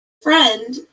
Friend